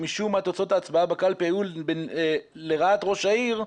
משום מה תוצאות ההצבעה בקלפי היו לרעת ראש העיר,